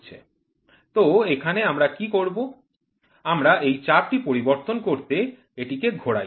তো এখানে আমরা কি করি আমরা এই চাপটি পরিবর্তন করতে এটিকে ঘোরাই